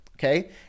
Okay